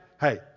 hey